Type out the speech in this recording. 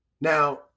Now